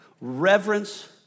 reverence